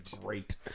great